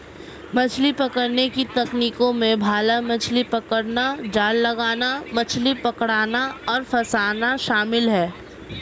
मछली पकड़ने की तकनीकों में भाला मछली पकड़ना, जाल लगाना, मछली पकड़ना और फँसाना शामिल है